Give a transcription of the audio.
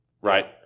right